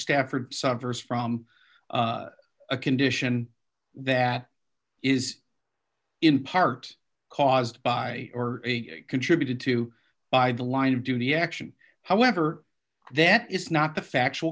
stafford suffers from a condition that is in part caused by or a contributed to by the line of duty action however that is not the factual